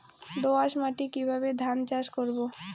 দোয়াস মাটি কিভাবে ধান চাষ করব?